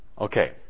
Okay